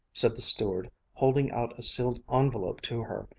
said the steward, holding out a sealed envelope to her.